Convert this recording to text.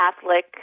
catholic